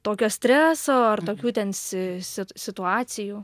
tokio streso ar tokių ten si sit situacijų